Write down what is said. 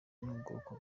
n’ubwoko